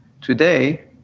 today